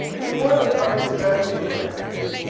we were the party of grassroots organizing.